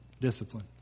discipline